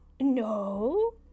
No